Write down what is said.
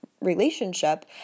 relationship